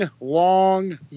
long